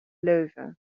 leuven